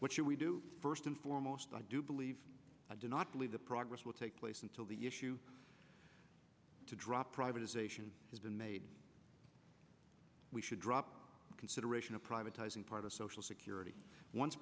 what should we do first and foremost i do believe i do not believe the progress will take place until the issue to drop privatization has been made we should drop consideration of privatizing part of social security once